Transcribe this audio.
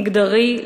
מגדרי,